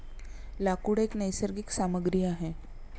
लाकूड एक नैसर्गिक सामग्री आहे